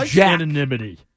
anonymity